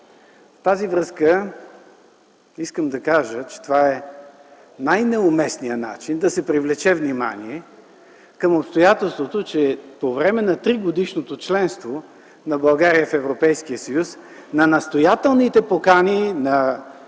тази връзка искам да кажа, че това е най-неуместният начин да се привлече внимание към обстоятелството, че по време на тригодишното членство на България в Европейския съюз на настоятелните покани на